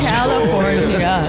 California